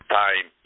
time